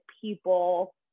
people